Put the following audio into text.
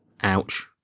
Ouch